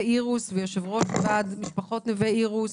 אירוס ויושב-ראש ועד המשפחות נווה אירוס,